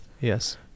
Yes